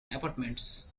apartments